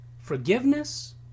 forgiveness